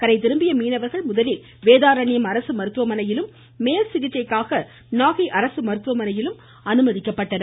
கரைதிரும்பிய மீனவர்கள் முதலில் வேதாரண்யம் அரசு மருத்துவமனையிலும் மேல் சிகிச்சைக்காக நாகை அரசு மருத்துவமனையிலும் அனுமதிக்கப் பட்டனர்